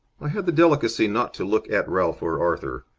i had the delicacy not to look at ralph or arthur.